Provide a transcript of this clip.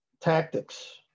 tactics